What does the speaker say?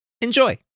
Enjoy